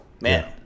man